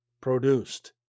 produced